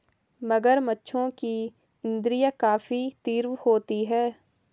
मगरमच्छों की इंद्रियाँ काफी तीव्र होती हैं